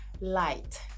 light